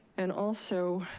and also